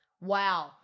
Wow